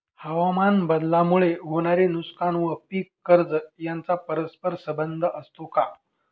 हवामानबदलामुळे होणारे नुकसान व पीक कर्ज यांचा परस्पर संबंध असतो का?